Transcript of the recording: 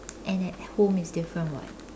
and at home is different [what]